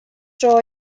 dro